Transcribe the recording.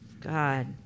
God